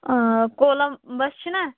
آ کولَمبَس چھِنا